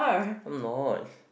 I'm not